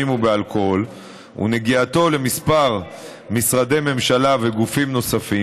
ובאלכוהול ונגיעתו לכמה משרדי ממשלה וגופים נוספים,